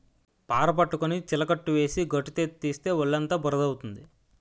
పార పట్టుకొని చిలకట్టు వేసి గట్టుతీత తీస్తే ఒళ్ళుఅంతా బురద అవుతుంది